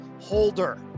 holder